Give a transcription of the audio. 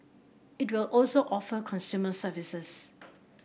it will also offer consumer services